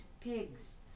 pigs